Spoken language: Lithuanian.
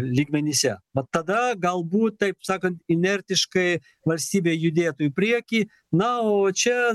lygmenyse va tada galbūt taip sakant inertiškai valstybė judėtų į priekį na o čia